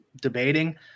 debating